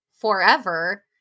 forever